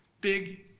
big